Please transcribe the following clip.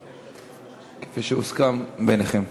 כפי שהוסכם ביניכם.